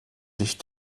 sich